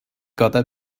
gotta